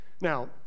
Now